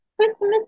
Christmas